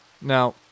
Now